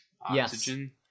oxygen